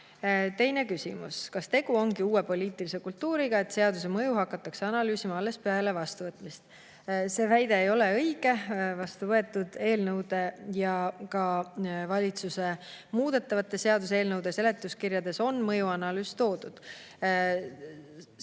kohta. Teine küsimus: "Kas tegu ongi uue poliitilise kultuuriga, et seaduse mõju hakatakse analüüsima alles pärast selle vastuvõtmist?" See väide ei ole õige. Vastuvõetud eelnõude ja ka valitsuse muudetavate seaduste eelnõude seletuskirjades on mõjuanalüüs välja toodud.